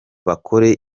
bakore